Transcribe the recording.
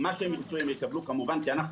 מה שירצו יקבלו כי אנחנו,